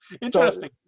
interesting